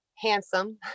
handsome